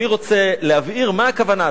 אני רוצה להבהיר מה הכוונה.